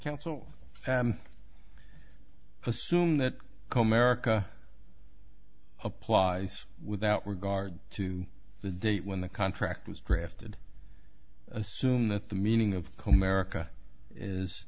counsel assume that comarca applies without regard to the date when the contract was drafted assume that the meaning of comerica is